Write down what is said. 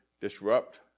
disrupt